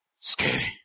scary